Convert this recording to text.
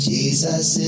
Jesus